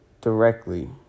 directly